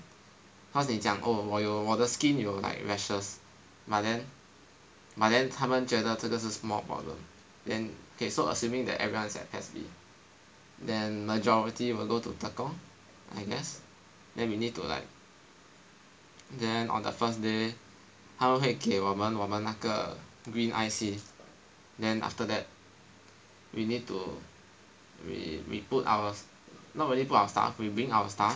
cause 你讲 oh 我有我的 skin 有 like rashes but then but then 他们觉得这个是 small problem then okay so assuming that everyone is at PES B then majority will go to Tekong I guess then we need to like then on the first day 他们会给我们我们那个 green I_C then after that we need to we we put our stuff not really put our stuff we bring our stuff